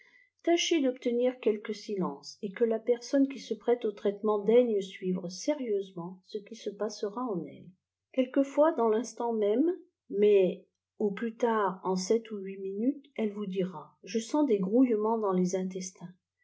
tâchez d'obtenir quelque silence et que la personne qui se prête au traitement daigne suivre sérieusement ce qui se passera en elle quelquefois dans l'instant même mais au plus tard en sept ou huit minutes elle vous dira je sens es grouillements dans tes tntestins